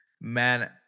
men